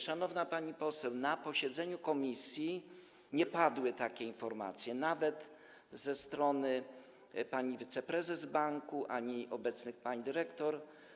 Szanowna pani poseł, na posiedzeniu komisji nie padły takie informacje, nawet ze strony pani wiceprezes banku ani obecnych pań dyrektor.